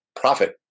profit